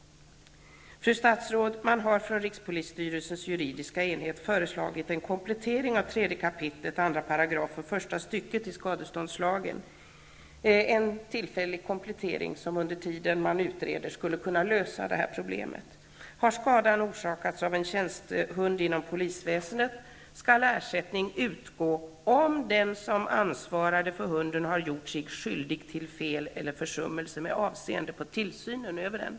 Fru statsråd! Rikspolisstyrelsens juridiska enhet har föreslagit en komplettering av 3 kap. 2 § första stycket i skadeståndslagen, en tillfällig komplettering som under tiden man utreder skulle kunna lösa det här problemet: Har skadan orsakats av en tjänstehund inom polisväsendet, skall ersättning utgå om den som ansvarar för hunden har gjort sig skyldig till fel eller försummelse med avseende på tillsynen över den.